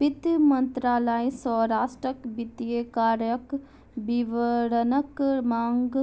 वित्त मंत्रालय सॅ राष्ट्रक वित्तीय कार्यक विवरणक मांग